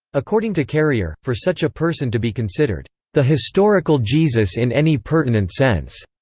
according to carrier, for such a person to be considered the historical jesus in any pertinent sense,